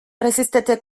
resistette